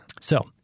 So-